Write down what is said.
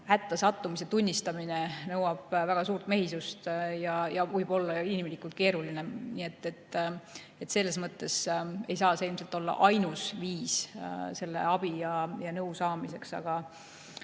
hätta sattumise tunnistamine nõuab väga suurt mehisust ja võib olla inimlikult keeruline. Nii et selles mõttes ei saa see ilmselt olla ainus viis abi ja nõu saamiseks. Aga